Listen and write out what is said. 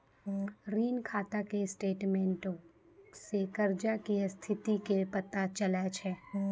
ऋण खाता के स्टेटमेंटो से कर्जा के स्थिति के पता चलै छै